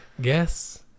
Guess